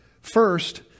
First